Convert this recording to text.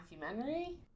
documentary